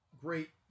great